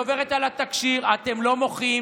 שהיא עוברת על התקשי"ר, אתם לא מוחים.